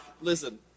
listen